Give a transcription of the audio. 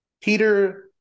Peter